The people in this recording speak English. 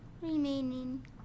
Remaining